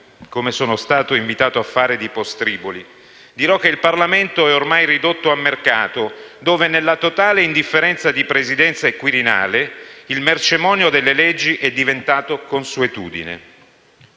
come sono stato invitato a fare, di postriboli; dirò che il Parlamento è ormai ridotto a mercato, dove, nella totale indifferenza di Presidenza e Quirinale, il mercimonio delle leggi è diventato consuetudine.